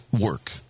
work